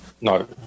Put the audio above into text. No